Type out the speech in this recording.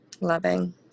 loving